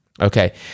Okay